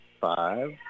five